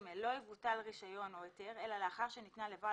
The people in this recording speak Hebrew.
לא יבוטל רישיון או היתר אלא לאחר שניתנה לבעל